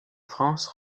france